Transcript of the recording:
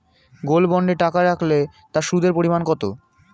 Gold বন্ডে টাকা রাখলে তা সুদের পরিমাণ কত?